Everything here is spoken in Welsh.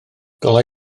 golau